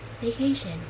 vacation